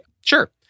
sure